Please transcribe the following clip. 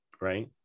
right